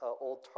old